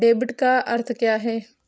Debit का अर्थ क्या है?